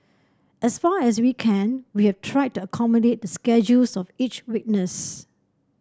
as far as we can we have tried to accommodate the schedules of each witness